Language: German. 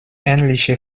ähnliche